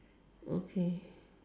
okay